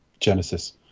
Genesis